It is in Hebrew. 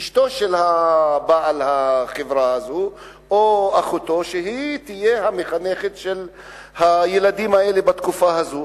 אשתו של בעל החברה או אחותו שתהיה המחנכת של הילדים האלה בתקופה הזאת,